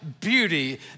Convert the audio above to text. beauty